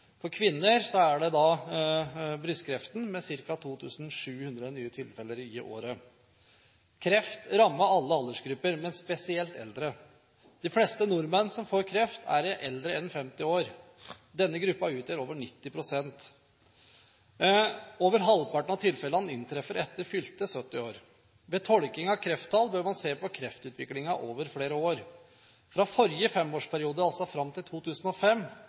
For kvinner er det brystkreft, med ca. 2 700 nye tilfeller i året. Kreft rammer alle aldersgrupper, men spesielt eldre. De fleste nordmenn som får kreft, er eldre enn 50 år. Denne gruppen utgjør over 90 pst. Over halvparten av tilfellene inntreffer etter fylte 70 år. Ved tolking av krefttall bør man se på kreftutviklingen over flere år. Fra forrige femårsperiode, altså fram til 2005,